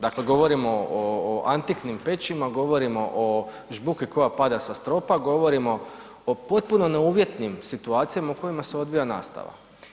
Dakle govorimo o antiknim pećima, govorimo o žbuki koja pada sa stropa, govorimo o potpuno neuvjetnim situacijama u kojima se odvija nastava.